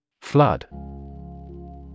Flood